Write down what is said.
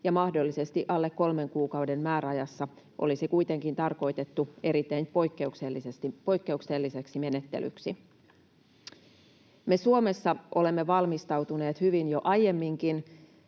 ja mahdollisesti alle kolmen kuukauden määräajassa olisi kuitenkin tarkoitettu erittäin poikkeukselliseksi menettelyksi. Me Suomessa olemme valmistautuneet hyvin jo aiemminkin.